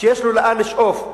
שיש לו לאן לשאוף,